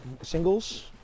singles